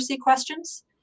questions